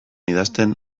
idazten